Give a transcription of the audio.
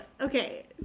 okay